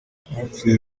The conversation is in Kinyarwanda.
abapfuye